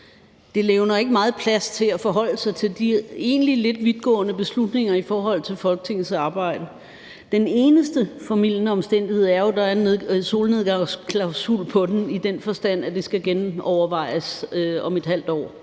Det levner ikke meget plads til at forholde sig til de egentlig lidt vidtgående beslutninger i forhold til Folketingets arbejde. Den eneste formildende omstændighed er jo, at der er en solnedgangsklausul på det i den forstand, at det skal genovervejes om et halvt år.